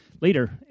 later